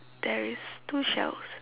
there is two shelves